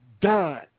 done